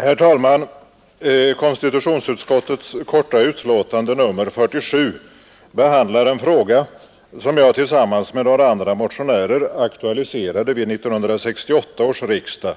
Herr talman! Konstitutionsutskottets korta utlåtande nr 47 behandlar en fråga som jag tillsammans med några andra motionärer aktualiserade vid 1968 års riksdag